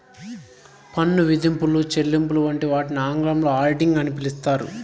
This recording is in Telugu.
పన్ను విధింపులు, చెల్లింపులు వంటి వాటిని ఆంగ్లంలో ఆడిటింగ్ అని పిలుత్తారు